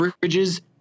bridges